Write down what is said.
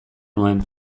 nuen